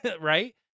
right